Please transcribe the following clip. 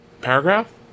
paragraph